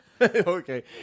Okay